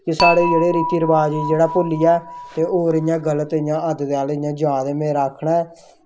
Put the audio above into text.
ते साढ़े जेह्ड़े रीति रवाज जेह्ड़ा भुल्ली जा ते होर इ'यां गल्त इयां आदत अ'ल्ल इ'यां जा दे मेरा आक्खना